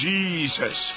Jesus